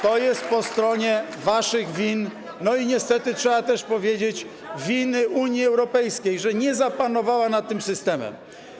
To jest po stronie waszych win i niestety, trzeba też powiedzieć, że jest winą Unii Europejskiej to, że nie zapanowała nad tym systemem.